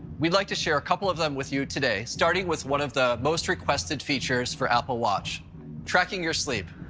we'd like to share a couple of them with you today, starting with one of the most-requested features for apple watch tracking your sleep.